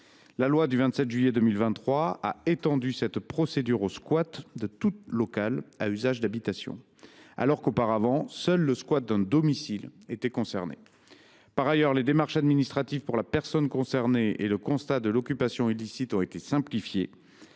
La loi du 27 juillet 2023 a étendu cette procédure au squat de tout local à usage d’habitation, alors que, auparavant, seul le squat d’un domicile était concerné. Par ailleurs, les démarches administratives pour la personne concernée et le constat de l’occupation illicite ont été simplifiées.